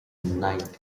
knight